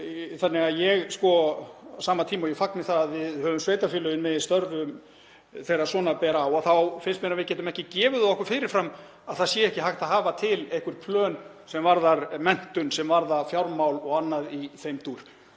að segja það. Á sama tíma og ég fagna því að við höfum sveitarfélögin með í ráðum þegar svona ber undir þá finnst mér að við getum ekki gefið okkur fyrir fram að það sé ekki hægt að hafa til einhver plön sem varða menntun, sem varða fjármál og annað í þeim dúr.